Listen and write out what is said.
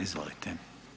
Izvolite.